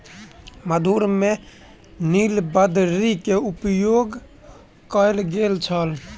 मधुर में नीलबदरी के उपयोग कयल गेल छल